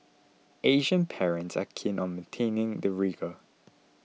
Asian parents are keen on maintaining the rigour